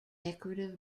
decorative